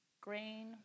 Grain